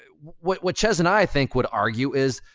and what what chezz and i think would argue is,